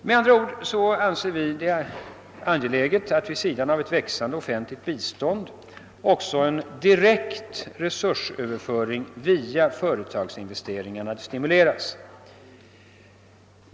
Med andra ord anser vi det angeläget att vid sidan av ett växande offentligt bistånd också en direkt resursöverföring via förtagsinvesteringarna stimuleras.